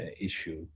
issue